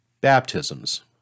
baptisms